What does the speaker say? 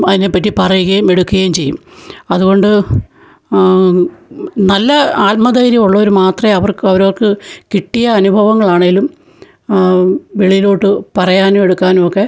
അതിനെപ്പറ്റി പറയുകയും എടുക്കുകയും ചെയ്യും അതുകൊണ്ട് നല്ല ആത്മധൈര്യമുള്ളവര് മാത്രമേ അവർക്ക് അവരവർക്ക് കിട്ടിയ അനുഭവങ്ങളാണേലും വെളിയിലോട്ട് പറയാനും എടുക്കാനുമൊക്കെ